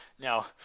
Now